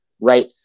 right